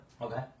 okay